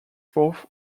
fourth